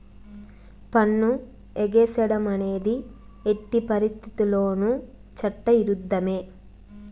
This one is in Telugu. పన్ను ఎగేసేడం అనేది ఎట్టి పరిత్తితుల్లోనూ చట్ట ఇరుద్ధమే